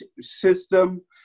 system